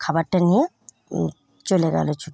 খাবারটা নিয়ে চলে গেলো ছুটে